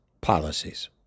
policies